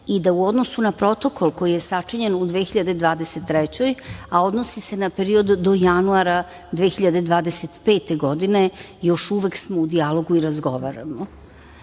i da u odnosu na protokol koji je sačinjen u 2023. godini, a odnosi se na period do januara 2025. godine još uvek smo u dijalogu i razgovaramo. Vi